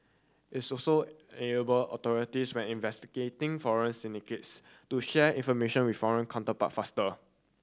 it's also enable authorities when investigating foreign syndicates to share information with foreign counterparts faster